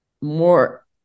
more